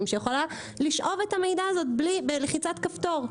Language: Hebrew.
שיכולה לשאוב את המידע הזה בלחיצת כפתור.